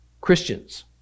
Christians